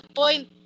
point